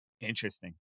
Interesting